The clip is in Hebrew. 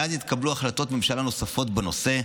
מאז התקבלו החלטות ממשלה נוספות בנושא,